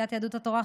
סיעת יהדות התורה,